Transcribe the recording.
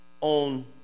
on